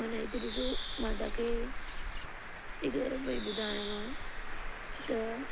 मन हिते ॾिसो मां तव्हांखे हिक बि ॿुधायां त